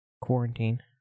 quarantine